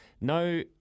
No